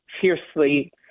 fiercely